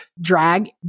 Drag